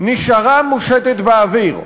נשארה מושטת באוויר.